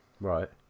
right